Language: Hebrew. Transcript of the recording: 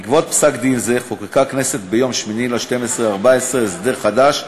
בעקבות פסק-דין זה חוקקה הכנסת ביום 8 בדצמבר 2014 הסדר חדש,